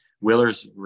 Willers